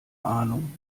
ahnung